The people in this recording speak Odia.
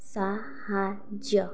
ସାହାଯ୍ୟ